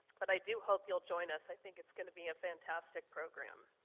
but i do hope you'll join us. i think it's going to be a fantastic program.